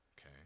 Okay